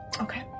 Okay